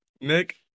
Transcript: Nick